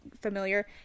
familiar